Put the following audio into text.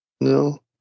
no